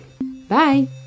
Bye